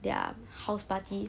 their house party